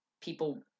people